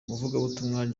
umuvugabutumwa